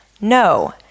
No